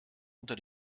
unter